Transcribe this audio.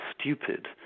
stupid